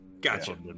Gotcha